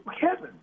Kevin